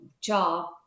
job